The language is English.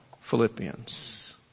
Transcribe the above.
Philippians